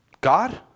God